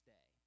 Day